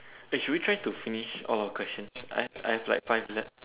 eh should we try to finish all our questions I I have like five left